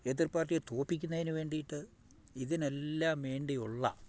എതിർ പാർട്ടിയെ തോൽപ്പിക്കുന്നതിന് വേണ്ടിയിട്ട് ഇതിനെല്ലാം വേണ്ടിയുമുള്ള